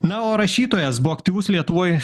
na o rašytojas buvo aktyvus lietuvoje